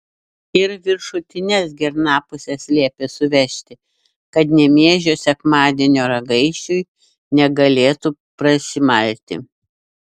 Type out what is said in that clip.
ir viršutines girnapuses liepė suvežti kad nė miežių sekmadienio ragaišiui negalėtų prasimalti